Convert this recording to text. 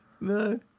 No